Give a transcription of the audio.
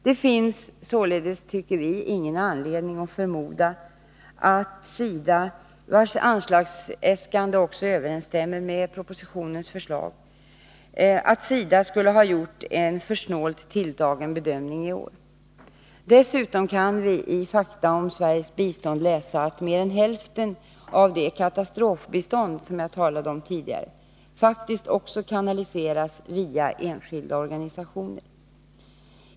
Det finns således enligt vår mening ingen anledning att förmoda att SIDA, vars anslagsäskande överensstämmer med propositionens förslag, skulle ha gjort en för snålt tilltagen bedömning i år. Dessutom kan vi i Fakta om Sveriges bistånd läsa att mer än hälften av det katastrofbistånd som jag tidigare talade om faktiskt också kanaliseras via enskilda organisationer.